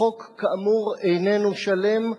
החוק, כאמור, איננו שלם.